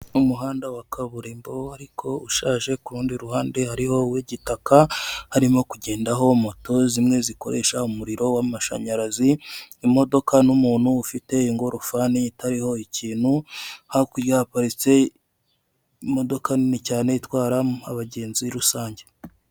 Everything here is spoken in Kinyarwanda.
Umuhanda wa kaburimbo ariko ushaje kurundi ruhande hariho uw' igitaka harimo kugendaho moto zimwe zikoresha umuriro w'amashanyarazi, imodoka n'umuntu ufite ingorofani itariho ikintu, hakurya haparitse imodoka nini cyane itwara abagenzi rusange.